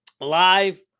live